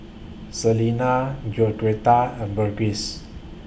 Selina Georgetta and Burgess